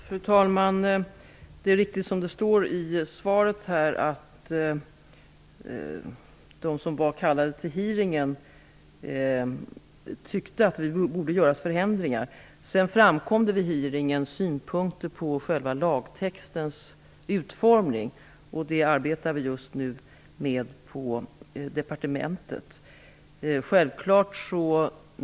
Fru talman! Det är riktigt som det står i svaret att de som var kallade till hearingen tyckte att det borde göras förändringar. Sedan framkom det vid hearingen synpunkter på själva lagtextens utformning. Det arbetar vi just nu med på departementet.